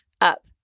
up